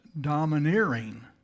domineering